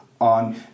on